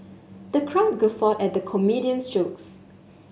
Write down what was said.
the crowd guffawed at the comedian's jokes